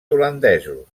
holandesos